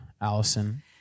Allison